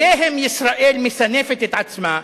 שאליהן ישראל מסנפת את עצמה,